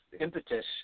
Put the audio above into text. impetus